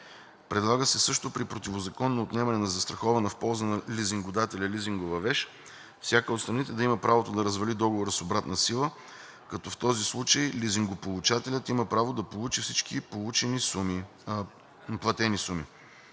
Предлага се също при противозаконно отнемане на застрахована в полза на лизингодателя лизингова вещ, всяка от страните да има правото да развали договора с обратна сила, като в този случай лизингополучателят има право да получи обратно всички платени суми.